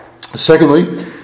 Secondly